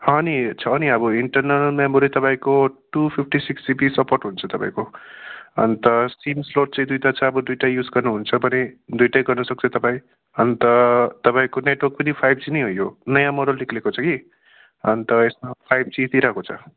छ नि छ नि अब इन्टरनल मेमोरी तपाईँको two fifty six GB support हुन्छ तपाईँको अन्त सिम स्लोट चाहिँ दुइटा छ अब दुइटा युज गर्नुहुन्छ भने दुइटै गर्नुसक्छ तपाईँ अन्त तपाईँको नेटवर्क पनि फाइभ जी नै हो यो नयाँ मोडल निक्लेको छ कि अन्त यसमा फाइब जी दिइरहेको छ